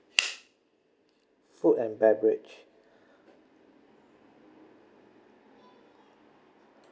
food and beverage